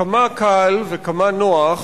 כמה קל וכמה נוח,